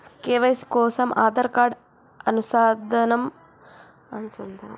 KYC కోసం Aadhaar card అనుసంధానం చేయాలని అన్నరు తప్పని సరి పొందుపరచాలా?